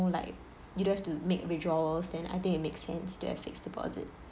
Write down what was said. like you don't have to make withdrawals then I think it makes sense to have fixed deposit